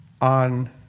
on